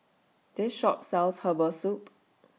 This Shop sells Herbal Soup